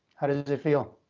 how does it feel?